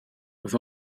with